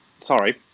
sorry